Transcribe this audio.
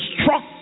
struck